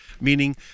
meaning